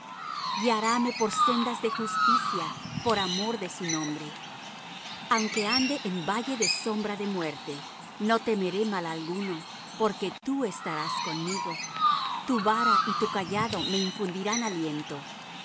alma guiárame por sendas de justicia por amor de su nombre aunque ande en valle de sombra de muerte no temeré mal alguno porque tú estarás conmigo tu vara y tu cayado me infundirán aliento